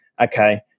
okay